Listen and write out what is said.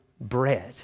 bread